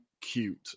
cute